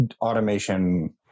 automation